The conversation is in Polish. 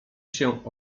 się